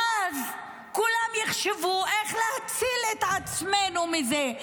ואז כולם יחשבו: איך נציל את עצמנו מזה?